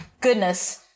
goodness